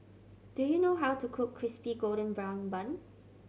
do you know how to cook Crispy Golden Brown Bun